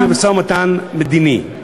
אנחנו נמצאים במשא-ומתן מדיני,